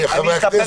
אני אענה